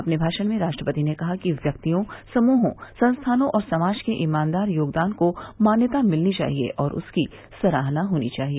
अपने भाषण में राष्ट्रपति ने कहा कि व्यक्तियों समूहों संस्थानों और समाज के ईमानदार योगदान को मान्यता मिलनी चाहिए और उसकी सराहना होनी चाहिए